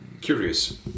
Curious